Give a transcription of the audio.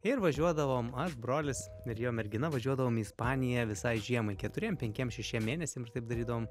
ir važiuodavom aš brolis ir jo mergina važiuodavom į ispaniją visai žiemai keturiem penkiem šešiem mėnesiams ir taip darydavom